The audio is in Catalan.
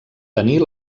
tenir